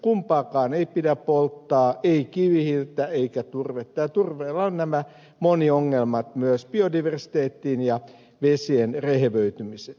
kumpaakaan ei pidä polttaa ei kivihiiltä eikä turvetta ja turpeella on nämä moniongelmat myös biodiversiteettiin ja vesien rehevöitymiseen liittyen